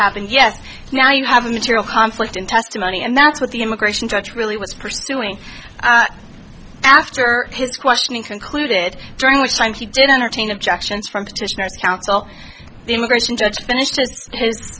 happened yes now you have a material conflict in testimony and that's what the immigration judge really was pursuing after his questioning concluded during which time she did intervene objections from petitioners counsel the immigration judge finished his